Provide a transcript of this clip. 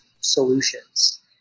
solutions